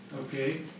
okay